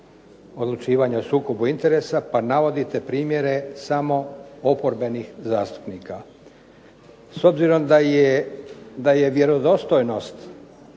odlučivanja o sukobu interesa, pa navodite primjere samo oporbenih zastupnika. S obzirom da je vjerodostojnost